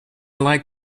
like